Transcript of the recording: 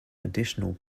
additional